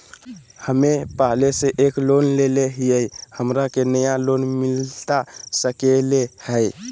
हमे पहले से एक लोन लेले हियई, हमरा के नया लोन मिलता सकले हई?